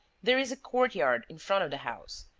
there is a courtyard in front of the house,